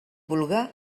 vulga